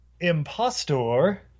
Impostor